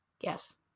yes